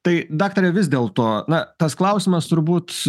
tai daktare vis dėlto na tas klausimas turbūt